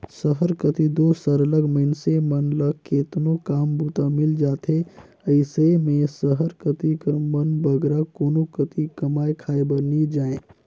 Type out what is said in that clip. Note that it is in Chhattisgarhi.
सहर कती दो सरलग मइनसे मन ल केतनो काम बूता मिल जाथे अइसे में सहर कती कर मन बगरा कोनो कती कमाए खाए बर नी जांए